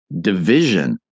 division